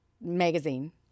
magazine